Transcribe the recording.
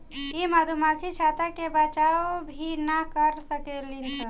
इ मधुमक्खी छत्ता के बचाव भी ना कर सकेली सन